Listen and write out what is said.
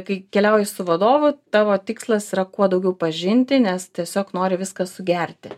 kai keliauji su vadovu tavo tikslas yra kuo daugiau pažinti nes tiesiog nori viską sugerti